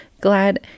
glad